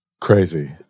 Crazy